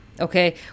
okay